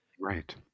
right